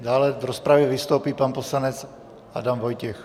Dále v rozpravě vystoupí pan poslanec Adam Vojtěch.